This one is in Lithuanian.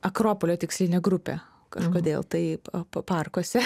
akropolio tikslinę grupę kažkodėl taip parkuose